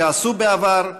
שעשו בעבר,